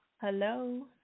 Hello